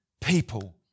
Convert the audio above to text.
people